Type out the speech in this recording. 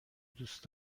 دوست